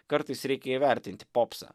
kartais reikia įvertinti popsą